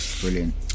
Brilliant